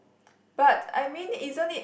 but I mean isn't it